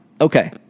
Okay